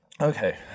okay